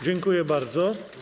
Dziękuję bardzo.